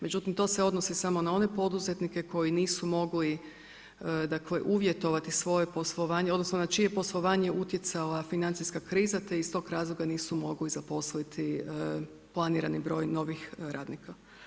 Međutim, to se odnosi samo na one poduzetnike koji nisu mogli dakle uvjetovati svoje poslovanje, odnosno, na čije je poslovanje utjecala financijska kriza, te iz tog razloga nisu mogli zaposliti planirani broj novih radnika.